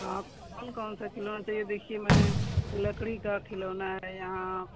आप कौन कौन सा खिलौना चाहिए देखिए मैं लकड़ी का खिलौना है यहाँ